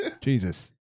Jesus